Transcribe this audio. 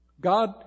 God